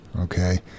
okay